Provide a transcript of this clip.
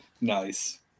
Nice